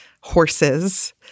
horses